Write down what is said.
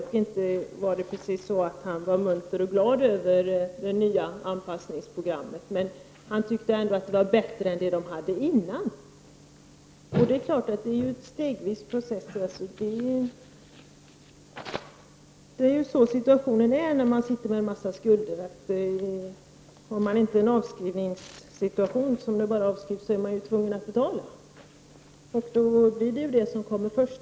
Han var inte precis munter och glad över det nya anpassningsprogrammet. Han tyckte ändock att det var bättre än det de hade tidigare. Det är naturligtvis en stegvis process. Situationen ser ut så när man sitter med en massa skulder. Har man inte möjlighet till avskrivning, så är man ju tvungen att betala. Då vinner de som kommer först.